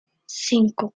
cinco